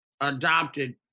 adopted